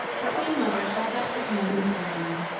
the queen-mother held out her hands imploringly.